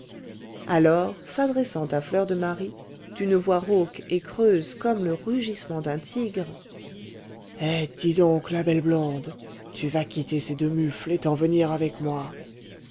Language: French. alors s'adressant à fleur de marie d'une voix rauque et creuse comme le rugissement d'un tigre eh dis donc la belle blonde tu vas quitter ces deux mufles et t'en venir avec moi